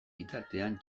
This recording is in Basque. bitartean